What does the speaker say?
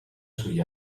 sugli